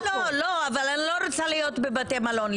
אבל אני לא רוצה להיות בבתי מלון.